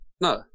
No